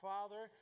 Father